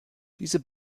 diese